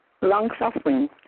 long-suffering